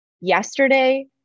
Yesterday